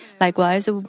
Likewise